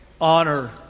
honor